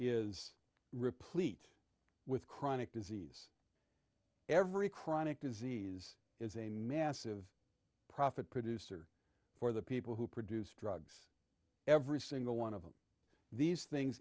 is replete with chronic disease every chronic disease is a massive profit producer for the people who produce drugs every single one of these things